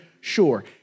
sure